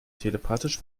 telepathisch